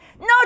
No